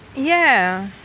yeah,